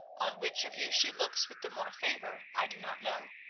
on which of you she looks with the more favour i do not know,